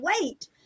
wait